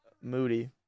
Moody